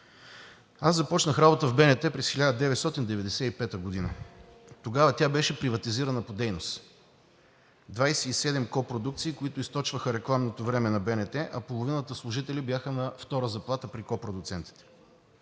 Аз започнах работа в БНТ през 1995 г. Тогава тя беше приватизирана по дейност – 27 копродукции, които източваха рекламното време на БНТ, а половината служители бяха на втора заплата при копродуцентите.